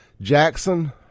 Jackson